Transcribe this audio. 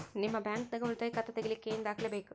ನಿಮ್ಮ ಬ್ಯಾಂಕ್ ದಾಗ್ ಉಳಿತಾಯ ಖಾತಾ ತೆಗಿಲಿಕ್ಕೆ ಏನ್ ದಾಖಲೆ ಬೇಕು?